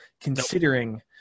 considering